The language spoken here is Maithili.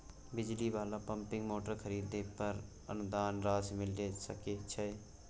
बिजली वाला पम्पिंग मोटर खरीदे पर अनुदान राशि मिल सके छैय?